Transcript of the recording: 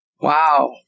Wow